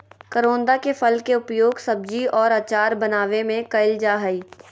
करोंदा के फल के उपयोग सब्जी और अचार बनावय में कइल जा हइ